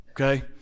Okay